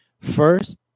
first